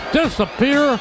disappear